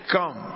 Come